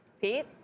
Pete